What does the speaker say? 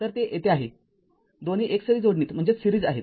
तर ते येथे आहे दोन्ही एकसरी जोडणीत आहेत